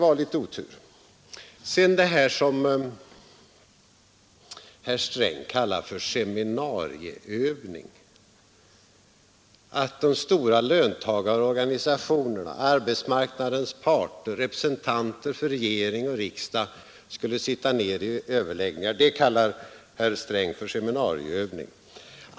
Att de stora löntagarorganisationerna, arbetsmarknadens parter, representanter för regering och riksdag skulle sitta med vid överläggningar kallar herr Sträng sedan för en seminarieövning.